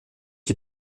qui